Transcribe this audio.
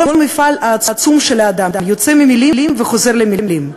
כל המפעל העצום של האדם יוצא ממילים וחוזר למילים.